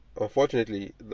unfortunately